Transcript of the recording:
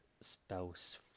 spouse